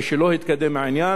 משלא התקדם העניין,